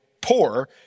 poor